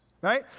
right